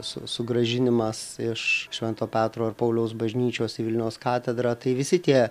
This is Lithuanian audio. su sugrąžinimas iš švento petro ir pauliaus bažnyčios į vilniaus katedrą tai visi tie